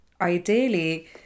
ideally